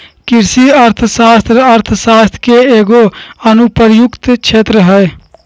कृषि अर्थशास्त्र अर्थशास्त्र के एगो अनुप्रयुक्त क्षेत्र हइ